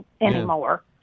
anymore